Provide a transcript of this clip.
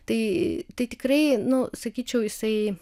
tai tai tikrai nu sakyčiau jisai